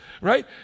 right